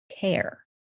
care